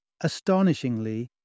Astonishingly